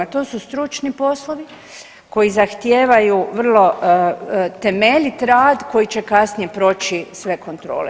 To su stručni poslovi koji zahtijevaju vrlo temeljit rad koji će kasnije proći sve kontrole.